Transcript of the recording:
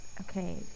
Okay